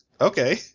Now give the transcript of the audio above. okay